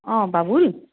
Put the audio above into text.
অ' Babul